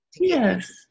yes